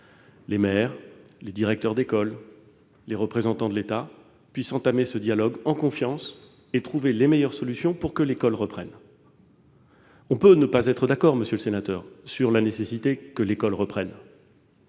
les maires, les directeurs d'école et les représentants de l'État pourront entamer un dialogue en confiance et trouver les meilleures solutions pour que l'école reprenne. On peut ne pas être d'accord sur la nécessité de cette reprise